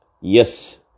Yes